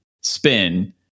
spin